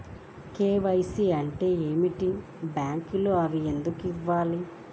KYC అంటే ఏమిటి? బ్యాంకులో అవి ఎందుకు ఇవ్వాలి?